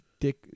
Dick